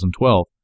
2012